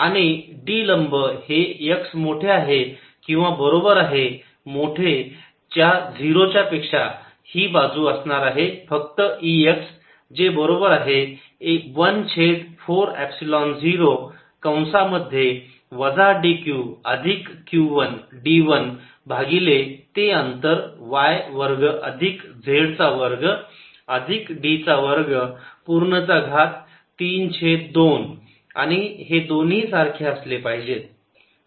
आणि D लंब हे x मोठे आहे किंवा बरोबर आहे मोठे 0 च्या ही बाजू असणार आहे फक्त E x जे बरोबर आहे 1 छेद 4 पाय एपसिलोन झिरो कंसामध्ये वजा d q अधिक q1 d 1 भागिले ते अंतर y वर्ग अधिक z चा वर्ग अधिक d चा वर्ग पूर्ण चा घात 3 छेद 2 आणि हे दोन्ही सारखे असले पाहिजेत